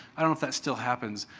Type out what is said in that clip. i don't know if that still happens.